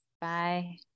Bye